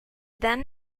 then